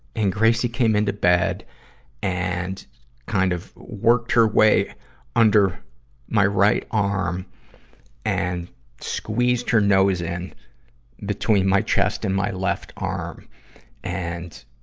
and gracie came into bed and kind of worked her way under my right arm and squeezed her nose in between my chest and my left arm and,